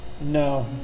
No